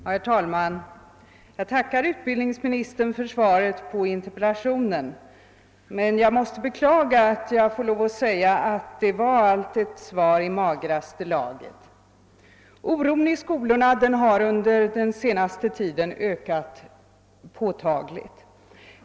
Herr talman! Jag tackar utbildningsministern för svaret på interpellationen, men jag beklagar att jag måste säga att svaret var i magraste laget. Oron i skolorna har under den senaste tiden ökat påtagligt.